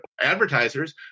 advertisers